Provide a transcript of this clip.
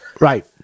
right